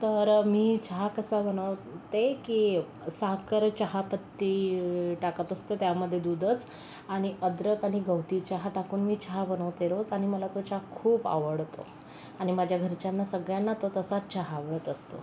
तर मी चहा कसा बनवते की साखर चहापत्ती टाकत असते त्यामध्ये दूधच आणि अद्रक आणि गवती चहा टाकून मी चहा बनवते रोज आणि मला तो चहा खूप आवडतो आणि माझ्या घरच्यांना सगळ्यांना तो तसाच चहा आवडत असतो